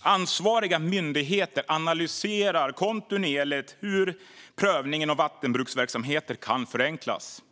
Ansvariga myndigheter analyserar kontinuerligt hur prövningen av vattenbruksverksamheter kan förenklas.